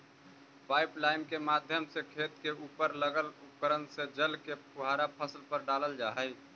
pipeline के माध्यम से खेत के उपर लगल उपकरण से जल के फुहारा फसल पर डालल जा हइ